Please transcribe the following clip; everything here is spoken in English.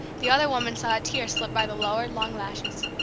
the other woman saw a tear slip by the lowered, long lashes.